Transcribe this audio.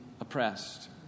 oppressed